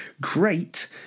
Great